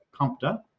Compta